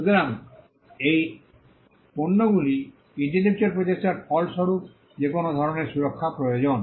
সুতরাং এই পণ্যগুলি ইন্টেলেকচুয়াল প্রচেষ্টার ফলস্বরূপ যে কোনও ধরণের সুরক্ষা প্রয়োজন